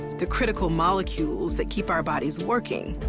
the critical molecules that keep our bodies working.